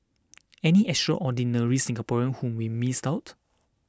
any extraordinary Singaporeans whom we missed out